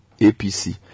APC